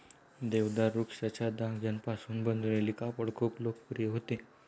देवदार वृक्षाच्या धाग्यांपासून बनवलेले कापड खूप लोकप्रिय होते